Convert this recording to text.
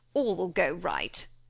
all will go right.